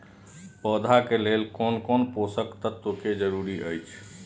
पौधा के लेल कोन कोन पोषक तत्व के जरूरत अइछ?